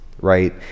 right